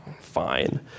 fine